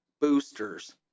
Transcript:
boosters